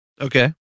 Okay